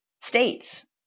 states